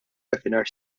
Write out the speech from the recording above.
dakinhar